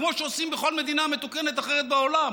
כמו שעושים בכל מדינה מתוקנת אחרת בעולם.